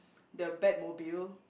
the Batmobile